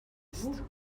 است